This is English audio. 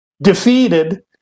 defeated